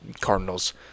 Cardinals